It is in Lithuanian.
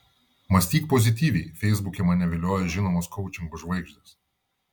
mąstyk pozityviai feisbuke mane vilioja žinomos koučingo žvaigždės